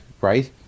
right